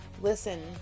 Listen